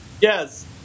Yes